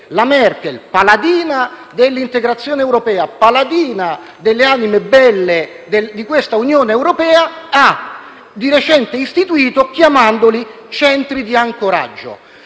La Merkel, paladina dell'integrazione europea e delle anime belle della Unione europea, ha di recente istituito tali centri chiamandoli «centri di ancoraggio».